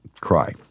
cry